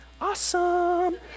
awesome